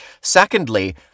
secondly